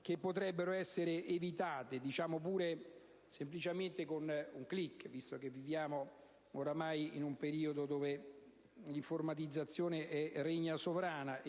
che potrebbero essere evitate semplicemente con un *click*, visto che viviamo ormai in un periodo dove l'informatizzazione regna sovrana.